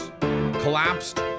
collapsed